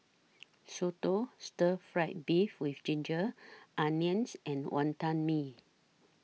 Soto Stir Fried Beef with Ginger Onions and Wonton Mee